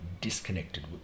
disconnected